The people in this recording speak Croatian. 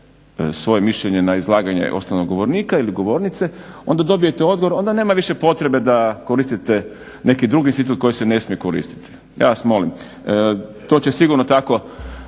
svoje mišljenje na izlaganje osnovnog govornika ili govornice. Onda dobijete odgovor, onda nema više potrebe da koristite neki drugi institut koji se ne smije koristiti. Ja vas molim. To će sigurno tako